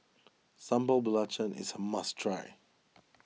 Sambal Belacan is a must try